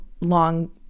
long